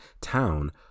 town